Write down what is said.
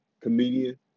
Comedian